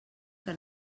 que